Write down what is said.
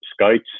scouts